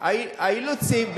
למה אילוצים?